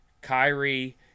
Kyrie